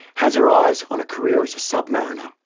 has her eyes on a career as a submariner.